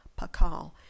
Pakal